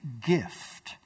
gift